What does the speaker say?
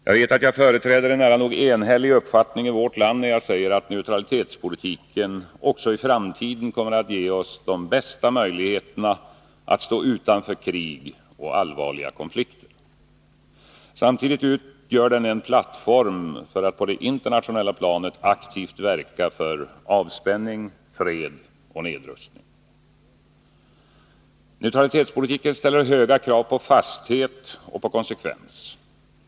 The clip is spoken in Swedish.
Jag vet att jag företräder en nära nog enhällig uppfattning i vårt land när jag säger att neutralitetspolitiken även i framtiden kommer att ge oss de bästa möjligheterna att stå utanför krig och allvarliga konflikter. Samtidigt utgör den en plattform för att på det internationella planet aktivt verka för avspänning, fred och nedrustning. Neutralitetspolitiken ställer höga krav på fasthet och konsekvens.